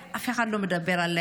אף אחד לא מדבר עליה.